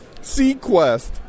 Sequest